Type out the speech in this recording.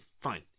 fine